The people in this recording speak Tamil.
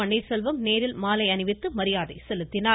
பன்னீர்செல்வம் இன்று நேரில் மாலை அணிவித்து மரியாதை செலுத்தினார்